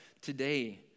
today